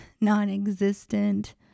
non-existent